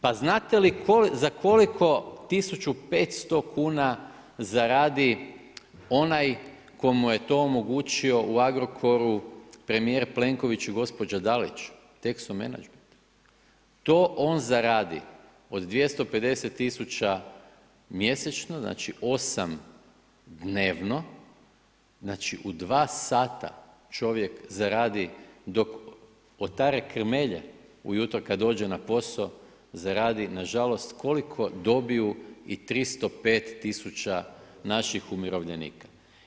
Pa znate li za koliko 1.500 kuna zaradi onaj ko mu je to omogućio u Agrokoru premijer Plenković i gospođa Dalić TExo Management to on zaradi od 250.000 mjesečno znači 8 dnevno znači u dva sata čovjek zaradi dok otare krmelje ujutro kada dođe na posao zaradi nažalost koliko dobiju i 305.000 naših umirovljenika.